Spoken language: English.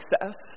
Success